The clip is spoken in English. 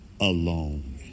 alone